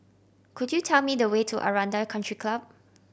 could you tell me the way to Aranda Country Club